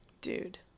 Dude